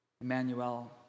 Emmanuel